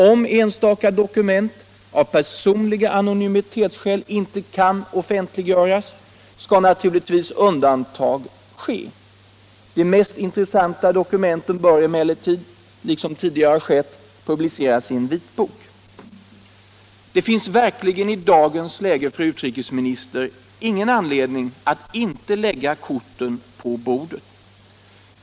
Om enstaka dokument av personliga anonymitetsskäl inte kan offentliggöras, skall naturligtvis undantag göras. De mest intressanta dokumenten bör emellertid, liksom tidigare har skett, publiceras i en vitbok. Det finns verkligen i dagens läge, fru utrikesminister, ingen anledning att inte lägga korten på borden.